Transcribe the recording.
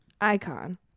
icon